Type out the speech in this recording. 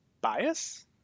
bias